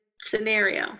scenario